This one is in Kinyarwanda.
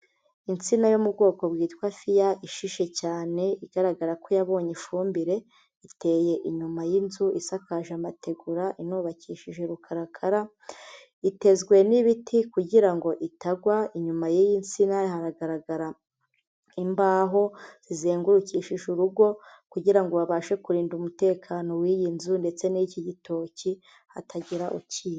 Insina yo mu bwoko bwitwa fiya ishishe cyane, igaragara ko yabonye ifumbire, iteye inyuma y'inzu isakaje amategura inubakishije rukarakara, itezwe n'ibiti kugira ngo itagwa, inyuma y'iyi nsina haragaragara imbaho zizengurukishije urugo kugira ngo babashe kurinda umutekano w'iyi nzu, ndetse n'iki gitoki hatagira ukiba.